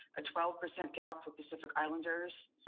a twelve percent gap for pacific islanders,